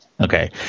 Okay